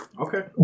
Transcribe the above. Okay